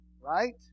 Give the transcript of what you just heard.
Right